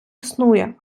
існує